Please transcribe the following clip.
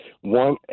one